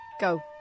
Go